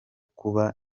kuba